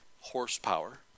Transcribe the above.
Horsepower